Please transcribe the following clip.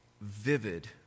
vivid